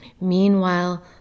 Meanwhile